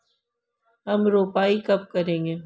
हम रोपाई कब करेंगे?